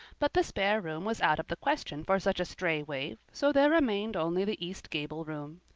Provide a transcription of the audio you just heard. but the spare room was out of the question for such a stray waif, so there remained only the east gable room.